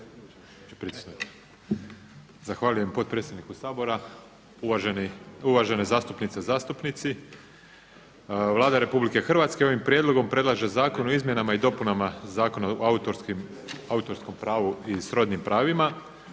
Zahvaljujem potpredsjedniku Sabora, uvažene zastupnice i zastupnici. Vlada Republike Hrvatske ovim prijedlogom predlaže Zakon o izmjenama i dopunama Zakona o autorskom pravu i srodnim pravima